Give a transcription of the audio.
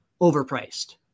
overpriced